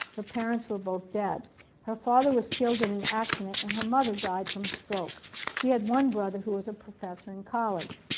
her parents were both dead her father was killed in an accident and her mother died from a stroke she had one brother who was a professor in college.